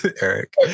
Eric